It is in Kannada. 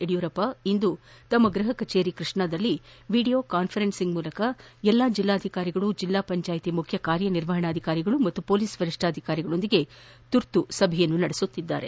ಯಡಿಯೂರಪ್ಸ ಇಂದು ಗೃಹಕಚೇರಿ ಕೃಷ್ಣಾದಲ್ಲಿ ವೀಡಿಯೋ ಕಾನ್ವರೆನ್ಸ್ ಮೂಲಕ ಎಲ್ಲಾ ಜಿಲ್ಲಾಧಿಕಾರಿಗಳು ಜಿಲ್ಲಾ ಪಂಚಾಯತ್ ಮುಖ್ಯ ಕಾರ್ಯನಿರ್ವಹಣಾಧಿಕಾರಿಗಳು ಹಾಗೂ ಪೊಲೀಸ್ ವರಿಷ್ಣಾಧಿಕಾರಿಗಳೊಂದಿಗೆ ಸಂವಾದ ನಡೆಸುತ್ತಿದ್ದಾರೆ